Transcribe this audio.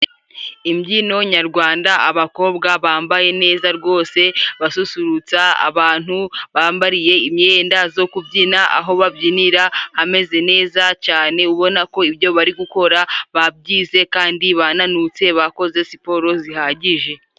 Imbyino nyarwanda, abakobwa bambaye neza rwose basusurutsa abantu, bambariye imyenda zo kubyina, aho babyinira hameze neza cane, ubona ko ibyo bari gukora babyize kandi bananutse, bakoze siporo zihagije.